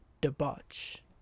debauch